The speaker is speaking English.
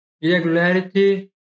irregularity